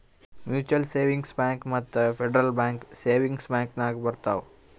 mutual savings bank ಮತ್ತ Federal Bank savings bank ನಾಗ್ ಬರ್ತಾವ್